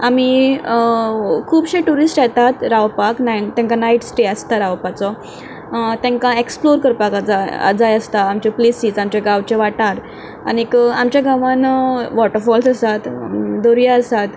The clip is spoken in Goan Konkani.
आमी खुबशे ट्युरिस्ट येतात रावपाक तांकां नायट स्टे आसता रावपाचो तांकां एक्सप्लोर करपाक जाय आसता आमच्यो प्लेसीस आमचे गांवचे वाठार आनी आमच्या गांवांत वॉटरफॉल्स आसात दर्या आसात